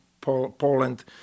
Poland